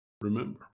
remember